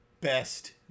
Best